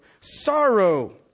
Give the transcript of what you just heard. sorrow